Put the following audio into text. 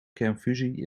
kernfusie